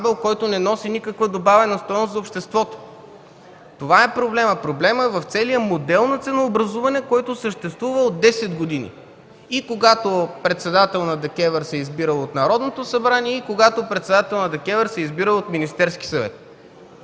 който не носи никаква добавена стойност за обществото – това е проблемът. Проблемът е в целия модел на ценообразуване, който съществува 10 години – и когато председател на ДКЕВР се избирал от Народното събрание, и когато председател на ДКЕВР се избирал от Министерския съвет.